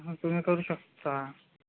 मग तुम्ही करू शकता